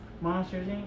Monsters